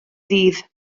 ddydd